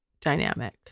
dynamic